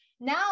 Now